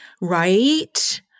Right